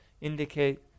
indicate